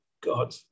God